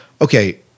Okay